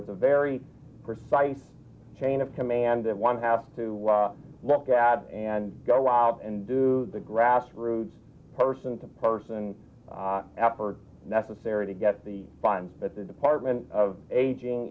it's a very precise chain of command that one has to look at and go out and do the grassroots person to person effort necessary to get the funds but the department of aging